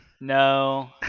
No